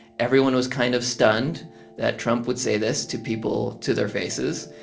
everyone was kind of stunned that trump would say this to people to their faces.